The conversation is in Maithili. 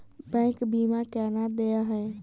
बैंक बीमा केना देय है?